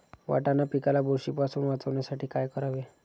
वाटाणा पिकाला बुरशीपासून वाचवण्यासाठी काय करावे?